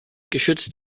geschützt